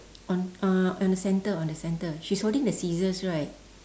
on uh on the center on the center she's holding the scissors right